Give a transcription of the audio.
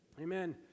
Amen